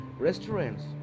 Restaurants